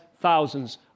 thousands